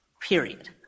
period